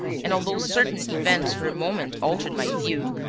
and although certain events for a moment altered my view,